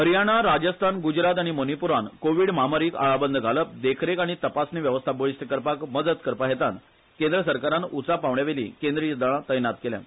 हरयाणा राजस्थान गुजरात आनी मणिपूरान कोविड म्हामारीक आळाबंद घालप देखरेख आनी तपासणी वेवस्था बळीश्ट करपाक मजत करपाहेतान केंद्र सरकारान उंचा पावण्यावेली केंद्रीय दळां तैनात केल्यात